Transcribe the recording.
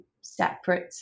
separate